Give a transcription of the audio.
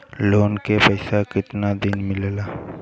Loan के पैसा कितना दिन मे मिलेला?